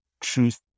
truth